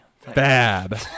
Fab